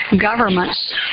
governments